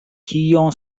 kiom